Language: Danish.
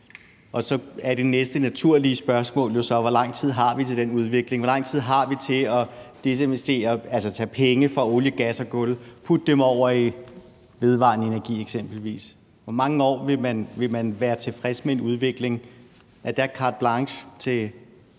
Så er det næste naturlige spørgsmål jo så: Hvor lang tid har vi til den udvikling? Hvor lang tid har vi til at desinvestere, altså tage penge fra olie, gas og kul og putte dem over i vedvarende energi eksempelvis? Hvor mange år vil man være tilfreds med en udvikling? Er der carte blanche til